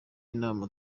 inama